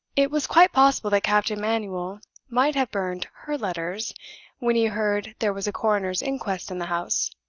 it was quite possible that captain manuel might have burned her letters when he heard there was a coroner's inquest in the house.